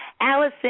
Allison